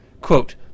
Quote